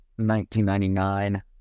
1999